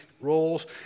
roles